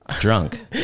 Drunk